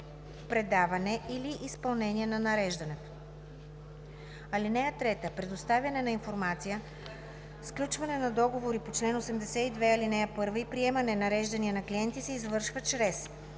предаване или изпълнение на нареждането. (3) Предоставяне на информация, сключване на договори по чл. 82, ал. 1 и приемане нареждания на клиенти се извършва чрез: